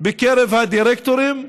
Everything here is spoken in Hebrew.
בקרב הדירקטורים,